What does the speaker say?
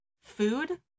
Food